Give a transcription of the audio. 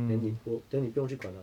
then 你我 then 你不用去管他